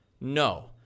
no